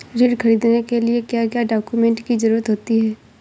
ऋण ख़रीदने के लिए क्या क्या डॉक्यूमेंट की ज़रुरत होती है?